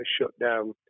shutdown